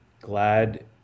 Glad